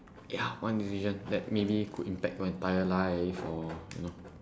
ya one decision that maybe could impact your entire life or you know